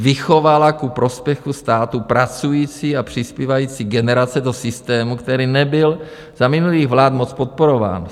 Vychovala ku prospěchu státu pracující a přispívající generace do systému, který nebyl za minulých vlád moc podporován.